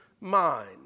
mind